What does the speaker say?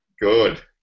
Good